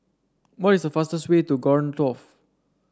what is the fastest way to Khartoum